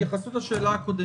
בהתייחס לשאלה הקודמת,